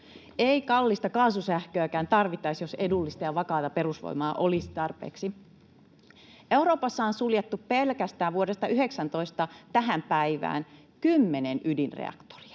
Ei kallista kaasusähköäkään tarvittaisi, jos edullista ja vakaata perusvoimaa olisi tarpeeksi. Euroopassa on suljettu pelkästään vuodesta 2019 tähän päivään mennessä